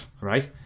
right